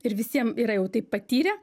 ir visiem yra jau taip patyrę